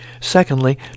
Secondly